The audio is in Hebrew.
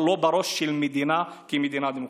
אבל לא בראש של מדינה כמדינה דמוקרטית.